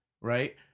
Right